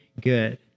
good